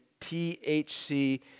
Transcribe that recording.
THC